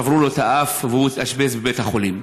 שברו לו את האף והוא התאשפז בבית החולים.